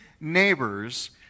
neighbors